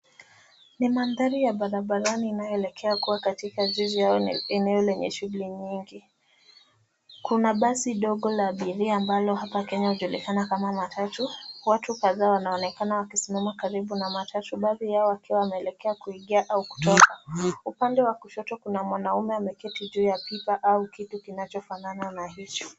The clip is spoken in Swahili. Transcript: Ni mandhari ya barabarani inayoelekea kuwa katika zizi au eneo lenye shughuli nyingi. Kuna basi dogo la abiria ambalo hapa kenya linajulikana kama matatu. Watu kadhaa wanaonekana wakisimama karibu na matatu ,baadhi yao wakiwa wameelekea kuingia au kutoka. Upande wa kushoto kuna mwanaume ameketi juu ya pipa au kitu kinachofanana na hicho.